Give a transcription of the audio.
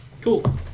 Cool